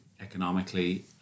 economically